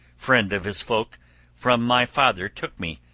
friend-of-his-folk, from my father took me,